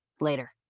Later